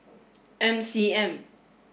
M C M